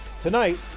Tonight